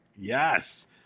Yes